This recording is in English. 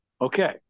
okay